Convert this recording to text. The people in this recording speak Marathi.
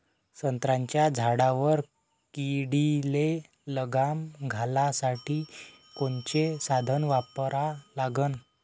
संत्र्याच्या झाडावर किडीले लगाम घालासाठी कोनचे साधनं वापरा लागन?